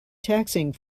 taxing